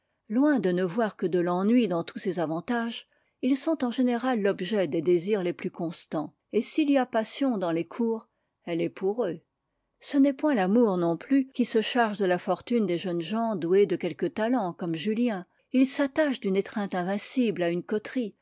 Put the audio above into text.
loin de ne voir que de l'ennui dans tous ces avantages ils sont en général l'objet des désirs les plus constants et s'il y a passion dans les cours elle est pour eux ce n'est point l'amour non plus qui se charge de la fortune des jeunes gens doués de quelque talent comme julien ils s'attachent d'une étreinte invincible à une coterie